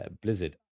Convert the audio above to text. Blizzard